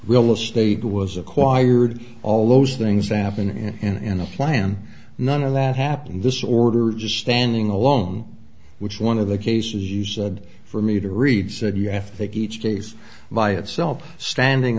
real estate was acquired all those things happened in the plan none of that happened this order just standing alone which one of the cases the said for me to read said you have to take each case by itself standing